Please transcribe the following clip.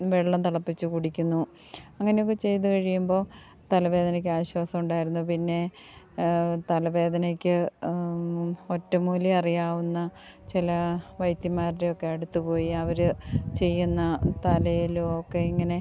വെള്ളം തിളപ്പിച്ച് കുടിക്കുന്നു അങ്ങനെയൊക്കെ ചെയ്ത് കഴിയുമ്പോൾ തലവേദനക്കാശ്വാസമുണ്ടായിരുന്നു പിന്നെ തലവേദനക്ക് ഒറ്റമൂലി അറിയാവുന്ന ചില വൈദ്യന്മാരുടെയൊക്കെ അടുത്തു പോയി അവർ ചെയ്യുന്ന തലയിലൊക്കെ ഇങ്ങനെ